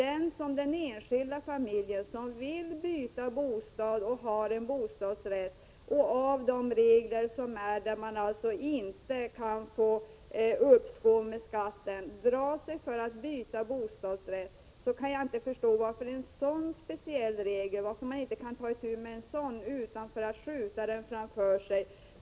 En enskild familj som har en bostadsrätt och som vill byta bostad kan på grund av de regler som råder inte få uppskov med skatten och drar sig därför ofta för att byta bostadsrätt. Jag kan inte förstå varför man inte kan ta itu med en sådan speciell regel utan skjuter det framför sig.